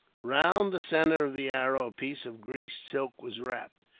round the centre of the arrow a piece of greased silk was wrapped.